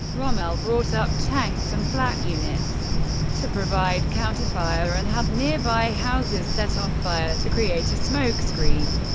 rommel brought up tanks and flak units to provide counter-fire and had nearby houses set on fire to create a smokescreen.